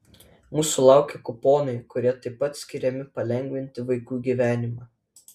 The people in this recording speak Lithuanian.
mūsų laukia kuponai kurie taip pat skiriami palengvinti vaikų gyvenimą